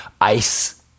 ice